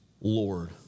Lord